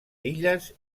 illes